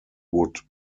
would